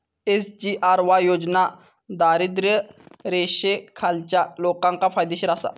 SGRY योजना दारिद्र्य रेषेखालच्या लोकांका फायदेशीर आसा